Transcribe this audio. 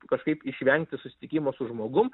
kažkaip išvengti susitikimo su žmogum